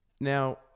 Now